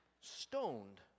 stoned